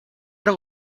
não